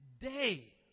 day